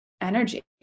energy